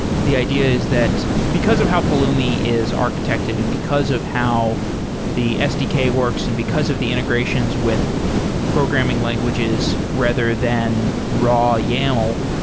the idea is that because of how pulumi is architected and because of how the sdk works and because of the integrations with programming languages rather than raw yaml,